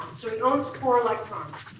so it owns four electrons.